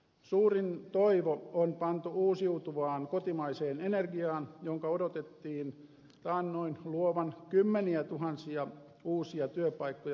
suurin toivo on pantu uusiutuvaan kotimaiseen energiaan jonka taannoin odotettiin luovan kymmeniätuhansia uusia työpaikkoja maaseudulle